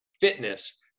fitness